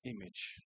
image